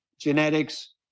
genetics